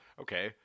okay